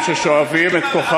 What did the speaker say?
זה עוול לצה"ל.